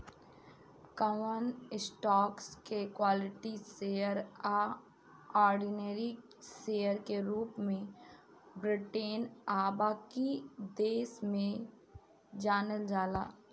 कवन स्टॉक्स के equity share आ ऑर्डिनरी शेयर के रूप में ब्रिटेन आ बाकी देश में जानल जाला